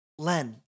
Len